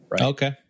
Okay